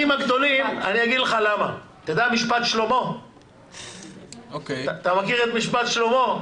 אני אגיד לך למה, אתה מכיר את משפט שלמה?